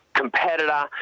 competitor